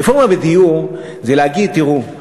רפורמה בדיור זה להגיד: תראו,